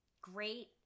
great